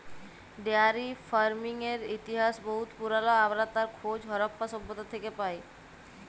dairy ফারমিংয়ের ইতিহাস বহুত পুরাল আমরা তার খোঁজ হরপ্পা সভ্যতা থ্যাকে পায়